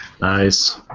Nice